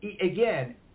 Again